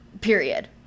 period